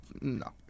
No